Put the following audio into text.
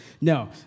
No